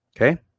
Okay